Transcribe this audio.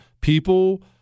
People